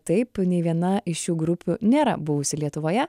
taip nei viena iš šių grupių nėra buvusi lietuvoje